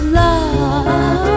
love